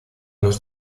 los